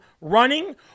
running